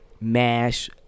mash